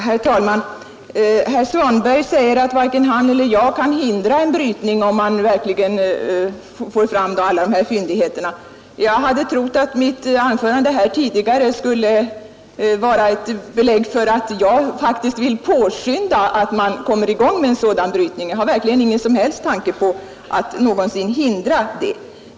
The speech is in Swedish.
Herr talman! Herr Svanberg säger att varken han eller jag kan hindra en brytning om man verkligen får fram alla de här fyndigheterna. Jag hade trott att mitt tidigare anförande skulle vara ett belägg för att jag faktiskt vill påskynda igångsättningen av sådan brytning. Jag har verkligen ingen som helst tanke på att någonsin hindra den.